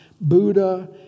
Buddha